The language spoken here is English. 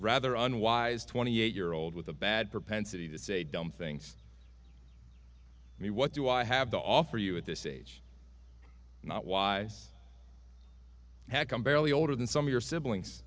rather unwise twenty eight year old with a bad propensity to say dumb things i mean what do i have to offer you at this age not wise heck i'm barely older than some of your siblings